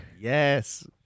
Yes